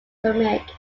comic